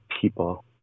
people